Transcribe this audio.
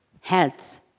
health